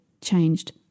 changed